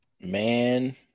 man